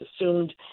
assumed